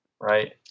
Right